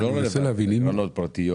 זה לא קרנות פרטיות